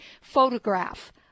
photograph